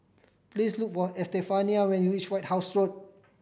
please look for Estefania when you reach White House Road